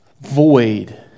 void